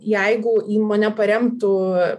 jeigu įmonė paremtų